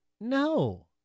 No